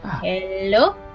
Hello